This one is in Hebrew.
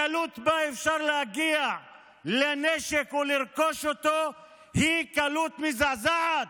הקלות שבה אפשר להגיע לנשק או לרכוש אותו היא קלות מזעזעת.